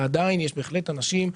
ועדיין יש בהחלט אנשים,